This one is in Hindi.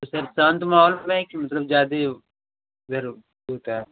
तो सर शाँत महौल में है कि मतलब ज़्यादा उधर होता है